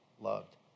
loved